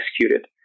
executed